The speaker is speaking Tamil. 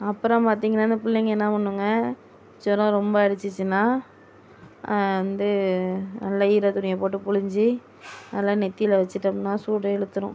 அப்புறம் பார்த்திங்கனா இந்த பிள்ளைங்க என்ன பண்ணுங்க ஜுரம் ரொம்ப அடிச்சிச்சின்னால் வந்து நல்ல ஈரத்துணியை போட்டு பிழிஞ்சி நல்ல நெற்றில வச்சிட்டோம்னால் சூடை இழுத்திரும்